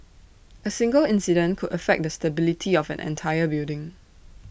A single incident could affect the stability of an entire building